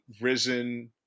risen